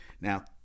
Now